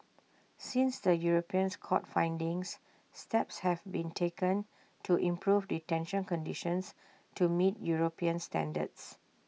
since the Europeans court's findings steps have been taken to improve detention conditions to meet european standards